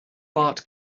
bart